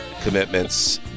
commitments